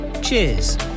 Cheers